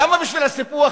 למה בשביל הסיפוח